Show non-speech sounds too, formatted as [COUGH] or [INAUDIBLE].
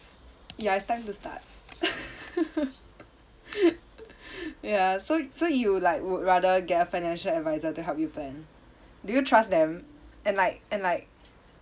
ya it's time to start [LAUGHS] ya so so you like would rather get a financial adviser to help you plan do you trust them and like and like